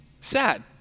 sad